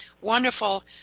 wonderful